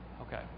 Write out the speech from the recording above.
okay